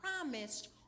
promised